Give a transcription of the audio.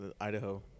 Idaho